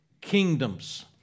kingdoms